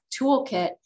toolkit